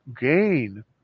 gain